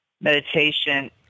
meditation